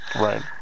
Right